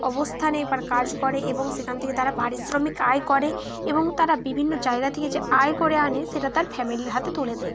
অবস্থানে এপর কাজ করে এবং সেখান থেকে তারা পারিশ্রমিক আয় করে এবং তারা বিভিন্ন জায়গা থেকে যে আয় করে আনে সেটা তার ফ্যামিলির হাতে তুলে দেয়